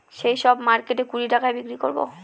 সেই সব মার্কেটে কুড়ি টাকায় বিক্রি করাবো